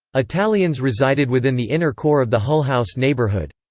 italians resided within the inner core of the hull house neighborhood.